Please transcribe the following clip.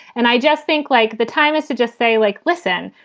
and i just think, like, the time is to just say, like, listen,